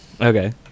Okay